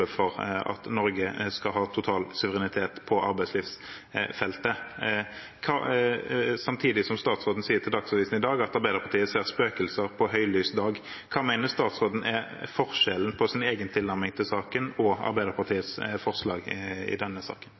for at Norge skal ha total suverenitet på arbeidslivsfeltet, samtidig som statsråden sier til Dagsavisen i dag at Arbeiderpartiet ser «spøkelser på høylys dag». Hva mener statsråden er forskjellen på hennes egen tilnærming til saken og Arbeiderpartiets forslag i denne saken?